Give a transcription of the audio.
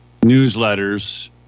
newsletters